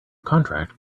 contract